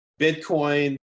Bitcoin